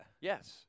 Yes